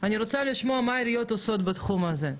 אני רוצה לשמוע מה העיריות עושות בתחום הזה.